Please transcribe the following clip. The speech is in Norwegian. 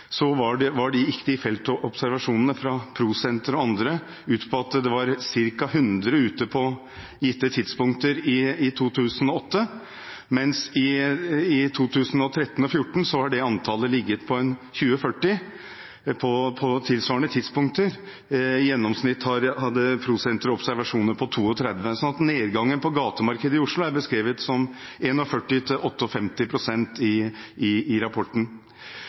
og andre, ut på at det var ca. 100 prostituerte ute på gitte tidspunkter i 2008, mens i 2013 og 2014 har antallet ligget på 20–40 på tilsvarende tidspunkter. I gjennomsnitt hadde Pro Sentret observasjoner på 32, så nedgangen på gatemarkedet i Oslo er beskrevet som